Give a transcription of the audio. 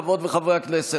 חברות וחברי הכנסת,